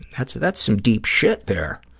that's that's some deep shit there.